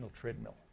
treadmill